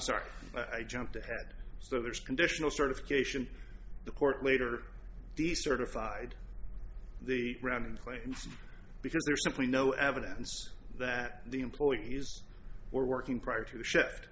sorry i jumped ahead so there's conditional certification the court later decertified the ground in place because there's simply no evidence that the employees were working prior to the shift